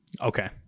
okay